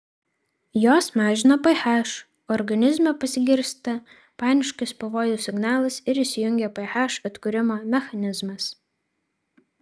jos mažina ph organizme pasigirsta paniškas pavojaus signalas ir įsijungia ph atkūrimo mechanizmas